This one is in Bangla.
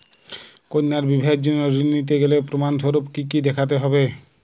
কন্যার বিবাহের জন্য ঋণ নিতে গেলে প্রমাণ স্বরূপ কী কী দেখাতে হবে?